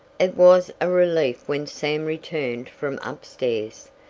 it was a relief when sam returned from up-stairs,